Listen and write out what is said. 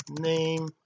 name